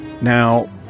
Now